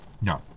no